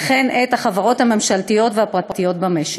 וכן את החברות הממשלתיות והפרטיות במשק.